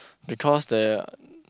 because there are